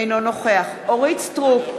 אינו נוכח אורית סטרוק,